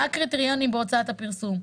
מה הקריטריונים בהוצאת הפרסום.